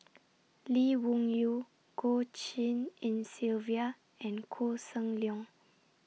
Lee Wung Yew Goh Tshin En Sylvia and Koh Seng Leong